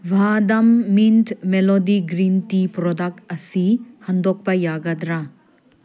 ꯚꯥꯗꯥꯝ ꯃꯤꯟ melody green tea product ꯑꯁꯤ ꯍꯟꯗꯣꯛꯄ ꯌꯥꯒꯗ꯭ꯔꯥ